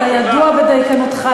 אתה ידוע בדייקנותך,